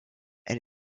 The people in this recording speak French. elle